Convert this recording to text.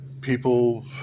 people